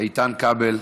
איתן כבל,